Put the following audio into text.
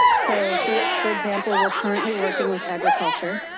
so for for example we're currently working with agriculture.